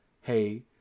hey